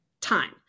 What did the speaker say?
time